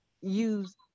use